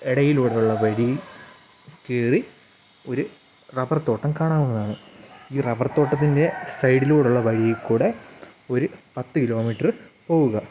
ഇടയിലൂടുള്ള വഴിയിൽ കയറി ഒരു റബർ തോട്ടം കാണാവുന്നതാണ് ഈ റബർ തോട്ടത്തിന്റെ സൈഡിലൂടെയുള്ള വഴിയിൽക്കൂടി ഒരു പത്ത് കിലോ മീറ്റർ പോകു ക